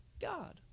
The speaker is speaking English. God